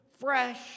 fresh